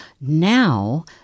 Now